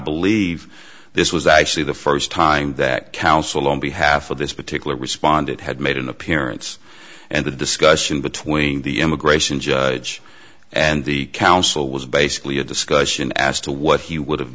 believe this was actually the first time that counsel on behalf of this particular responded had made an appearance and the discussion between the immigration judge and the counsel was basically a discussion as to what he would have